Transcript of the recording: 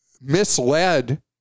misled